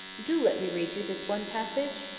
do let me read you this one passage?